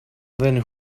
then